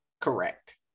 Correct